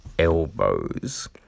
Elbows